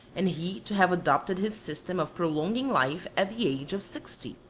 and he to have adopted his system of prolonging life at the age of sixty.